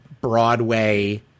Broadway